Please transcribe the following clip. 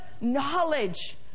knowledge